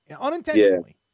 unintentionally